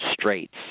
straits